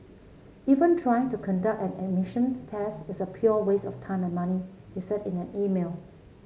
even trying to conduct an emissions test is a pure waste of time and money he said in an email